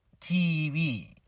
tv